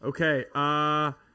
Okay